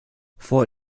vor